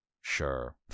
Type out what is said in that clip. Sure